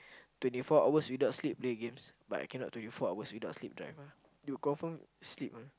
twenty four hours without sleep play games but I cannot twenty four hours without sleep drive ah you confirm sleep one